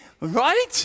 Right